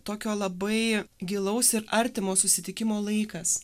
tokio labai gilaus ir artimo susitikimo laikas